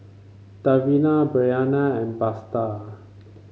Davina Brianna and Buster